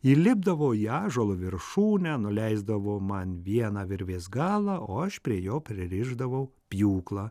įlipdavo į ąžuolo viršūnę nuleisdavo man vieną virvės galą o aš prie jo pririšdavau pjūklą